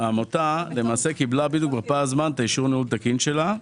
העמותה קיבלה בפער הזמן את אישור הניהול התקין שלה.